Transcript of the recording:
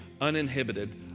uninhibited